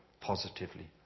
positively